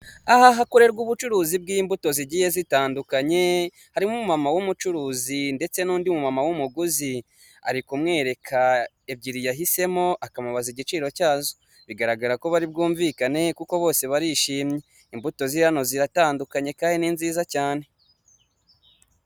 Aha hakorerwa ubucuruzi bw'imbuto zigiye zitandukanye harimo umu mama w'umucuruzi ndetse n'undi mu mama w'umuguzi ari kumwereka ebyiri yahisemo akamubaza igiciro cyazo bigaragara ko bari bwumvikane kuko bose barishimye imbuto ziri hano ziratandukanye kandi ni nziza cyane .